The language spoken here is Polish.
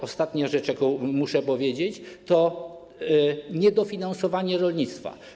Ostatnia rzecz, jaką muszę powiedzieć, dotyczy niedofinansowania rolnictwa.